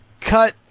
cut